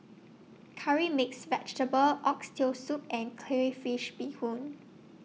Curry Mixed Vegetable Oxtail Soup and Crayfish Beehoon